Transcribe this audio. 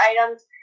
items